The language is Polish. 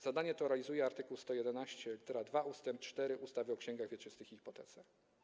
Zadanie to realizuje art. 111 ust. 4 ustawy o księgach wieczystych i hipotece.